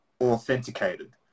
Authenticated